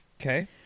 Okay